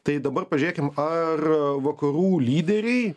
tai dabar pažiūrėkim ar vakarų lyderiai